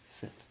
sit